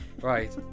right